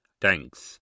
Thanks